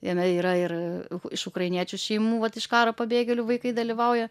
jame yra ir iš ukrainiečių šeimų vat iš karo pabėgėlių vaikai dalyvauja